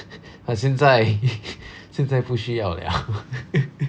现在现在不需要 liao